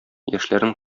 яшьләрнең